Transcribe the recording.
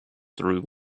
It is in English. through